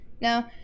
Now